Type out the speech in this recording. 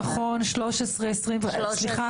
נכון, החלטה 1325, סליחה.